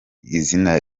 izina